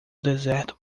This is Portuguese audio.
deserto